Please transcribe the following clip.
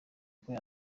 kuba